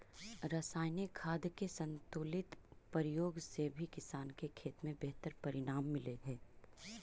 रसायनिक खाद के संतुलित प्रयोग से भी किसान के खेत में बेहतर परिणाम मिलऽ हई